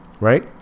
right